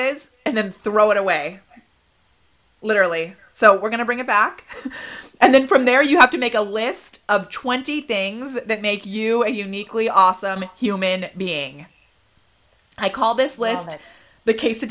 is and then throw it away literally so we're going to bring it back and then from there you have to make a list of twenty things that make you a uniquely awesome human being i call this list the casey of